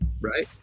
right